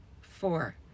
four